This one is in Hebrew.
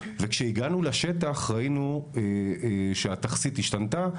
וכשהגענו לשטח ראינו שהתכסית השתנתה,